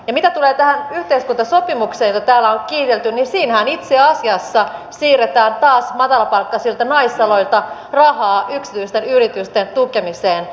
ja mitä tulee tähän yhteiskuntasopimukseen jota täällä on kiitelty niin siinähän itse asiassa siirretään taas matalapalkkaisilta naisaloilta rahaa yksityisten yritysten tukemiseen